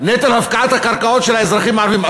נטל הפקעת הקרקעות של האזרחים הערבים,